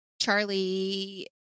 Charlie